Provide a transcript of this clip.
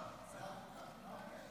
עשרה בעד, אחד נגד.